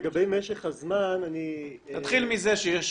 לגבי משך הזמן --- תתחיל מזה שיש